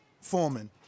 Foreman